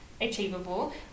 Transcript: achievable